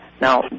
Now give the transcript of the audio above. Now